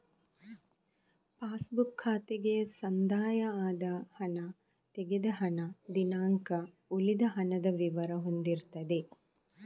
pass book ಖಾತೆಗೆ ಸಂದಾಯ ಆದ ಹಣ, ತೆಗೆದ ಹಣ, ದಿನಾಂಕ, ಉಳಿದ ಹಣದ ವಿವರ ಹೊಂದಿರ್ತದೆ